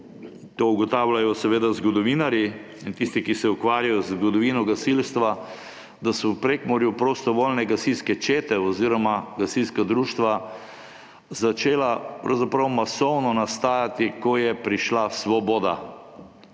ugotavljajo zgodovinarji in tisti, ki se ukvarjajo z zgodovino gasilstva – prostovoljne gasilske čete oziroma gasilska društva začela pravzaprav masovno nastajati, ko je prišla svoboda.